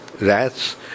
rats